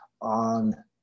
on